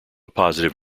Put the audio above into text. positive